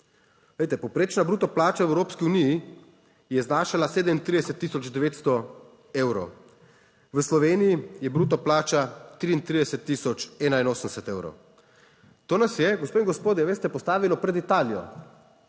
Glejte, povprečna bruto plača v Evropski uniji je znašala 37 tisoč 900 evrov. V Sloveniji je bruto plača 33 tisoč 81 evrov. To nas je, gospe in gospodje, veste, postavilo pred Italijo.